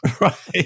Right